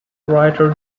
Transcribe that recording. writer